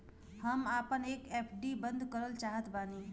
हम आपन एफ.डी बंद करल चाहत बानी